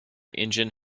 engine